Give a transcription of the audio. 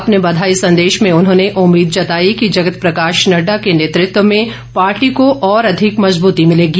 अपने बधाई संदेश में उन्होंने उम्मीद जताई कि जगत प्रकाश नड्डा के नेतृत्व में पार्टी को और अधिक मजबूती भिलेगी